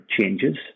changes